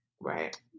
Right